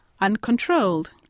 uncontrolled